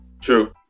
true